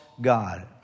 God